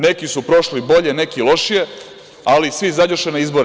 Neki su prošli bolje, neki lošije, ali svi izađoše na izbore.